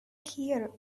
here